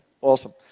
Awesome